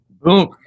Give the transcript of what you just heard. Boom